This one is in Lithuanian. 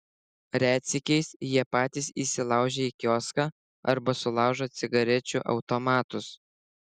retsykiais jie patys įsilaužia į kioską arba sulaužo cigarečių automatus